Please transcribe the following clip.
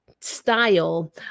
style